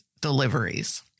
deliveries